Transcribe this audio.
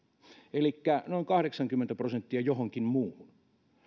elikkä noin kahdeksankymmentä prosenttia johonkin muuhun